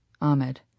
Ahmed